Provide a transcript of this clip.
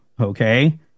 Okay